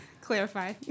Clarify